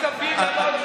אנחנו מרוצים מאוד.